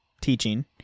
teaching